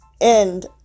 end